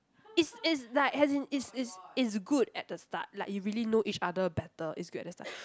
it's it's like as in it's it's it's good at the start like you really know each other better is good at the start